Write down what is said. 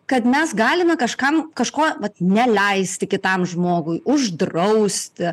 kad mes galime kažkam kažko neleisti kitam žmogui uždrausti